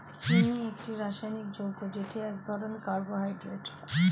চিনি একটি রাসায়নিক যৌগ যেটি এক ধরনের কার্বোহাইড্রেট